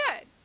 good